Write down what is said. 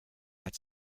had